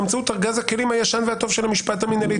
באמצעות ארגז הכלים הישן והטוב של המשפט המינהלי,